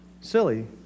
Silly